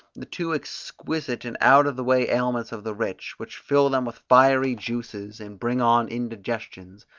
the too exquisite and out of the way aliments of the rich, which fill them with fiery juices, and bring on indigestions,